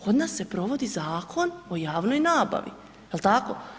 Kod nas provodi zakon o javnoj nabavi, je li tako?